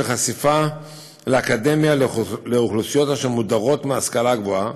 חשיפה לאקדמיה לאוכלוסיות אשר מודרות מהשכלה גבוהה.